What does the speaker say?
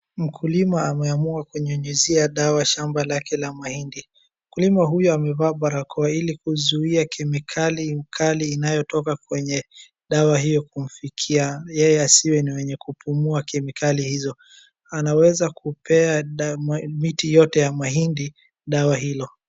Mkulima ameamua kunyunyizia dawa shamba lake la mahindi. Mkulima huyo amevaa barakoa ili kuzuia kemikali kali inayotoka kwenye dawa hiyo kumfikia, yeye asiwe ni wa wenye kupumua kemikali hizo. Anaweza kupewa miti yote ya mahindi dawa hilo.